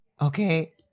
Okay